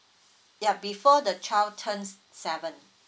yeah before the child turns seven